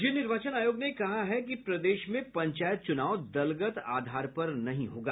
राज्य निर्वाचन आयोग ने कहा है कि प्रदेश में पंचायत चुनाव दलगत आधार पर नहीं होगा